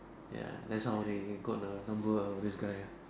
ya that's how they got the number uh for this guy ya